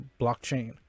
blockchain